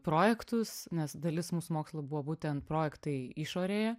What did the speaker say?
projektus nes dalis mūsų mokslų buvo būtent projektai išorėje